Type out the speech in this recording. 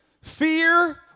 Fear